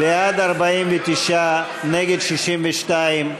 בעד, 49, נגד, 62,